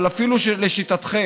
אבל אפילו לשיטתכם,